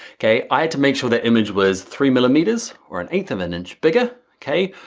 okay. i had to make sure that image was three millimeters or an eighth of an inch bigger, okay.